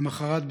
למוחרת,